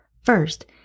First